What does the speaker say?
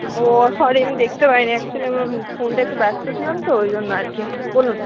ও sorry আমি দেখতে পাই নি একচুয়ালি আমার ফোনটা একটু ব্যস্ত ছিলাম তো ওই জন্য আর কি বলুন